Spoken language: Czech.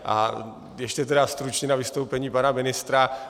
A ještě stručně na vystoupení pana ministra.